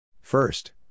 First